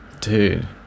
Dude